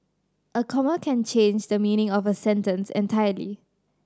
a comma can change the meaning of a sentence entirely